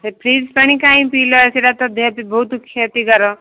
ସେ ଫ୍ରିଜ ପାଣି କାଇଁ ପିଲ ସେଇଟା ତ ଦେହ ପାଇଁ ବହୁତ କ୍ଷତିକାର